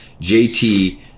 JT